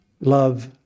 love